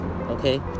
Okay